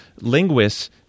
Linguists